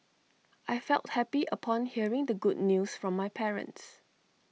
I felt happy upon hearing the good news from my parents